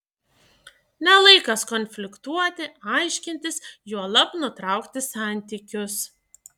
ne laikas konfliktuoti aiškintis juolab nutraukti santykius